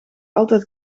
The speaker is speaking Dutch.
altijd